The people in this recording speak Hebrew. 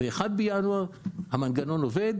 ב-1.1 המנגנון עובד